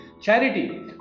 Charity